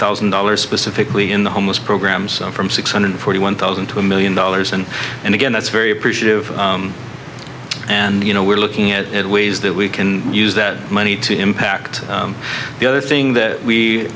thousand dollars specifically in the homeless programs from six hundred forty one thousand to a million dollars and and again that's very appreciative and you know we're looking at ways that we can use that money to impact the other thing that we